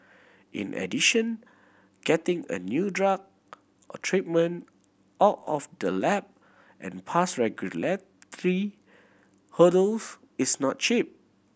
in addition getting a new drug or treatment out of the lab and past regulatory hurdles is not cheap